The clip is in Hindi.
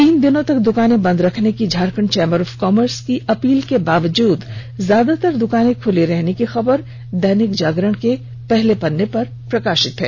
तीन दिनों तक दुकाने बंद रखने की झारखंड चैंबर ऑफ कामर्स की अपील के बाद भी ज्यादातर दुकानें खुली रहने की खबर दैनिक जागरण के पहले पन्ने पर है